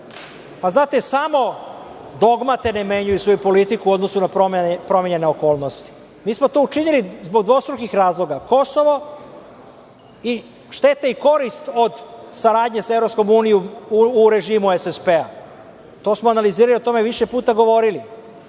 Znate, samo dogmate ne menjaju svoju politiku u odnosu na promenjene okolnosti. Mi smo to učinili zbog dvostrukih razloga, Kosovo, i štete i korist od saradnje sa EU u režimu SSP-a. To smo analizirali i o tome više puta govorili.